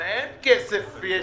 הכוונה לסיוע לצוות הרפואי והסוציאלי,